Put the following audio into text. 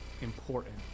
important